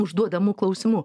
užduodamų klausimų